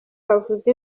bavuza